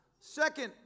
Second